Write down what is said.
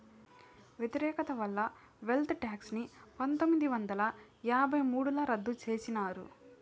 వ్యతిరేకత వల్ల wealth tax ని పందొమ్మిది వందల యాభై మూడుల రద్దు చేసినారు